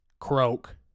Croak